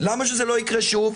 למה שזה לא יקרה שוב?